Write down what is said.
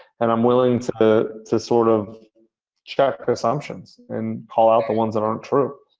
and i'm willing to to sort of check presumptions and call out the ones that aren't true.